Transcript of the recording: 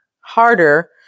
harder